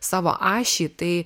savo ašį tai